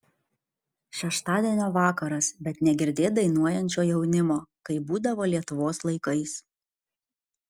šeštadienio vakaras bet negirdėt dainuojančio jaunimo kaip būdavo lietuvos laikais